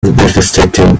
devastating